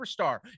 superstar